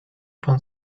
pan